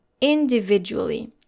individually